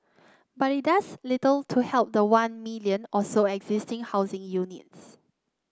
but it does little to help the one million or so existing housing units